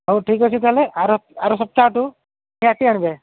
ହେଉ ଠିକ୍ ଅଛି ତାହେଲେ ଆର ଆର ସପ୍ତାହଠୁ ନିହାତି ଆଣିବେ